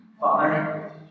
Father